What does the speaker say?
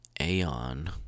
Aeon